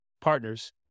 partners